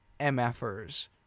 MFers